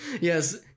Yes